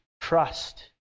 trust